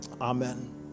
Amen